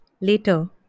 later